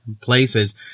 places